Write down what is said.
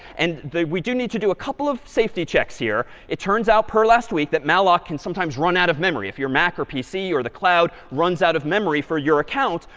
and we do need to do a couple of safety checks here. it turns out, per last week, that malloc can sometimes run out of memory. if you're mac or pc or the cloud runs out of memory for your account,